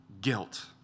Guilt